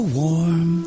warm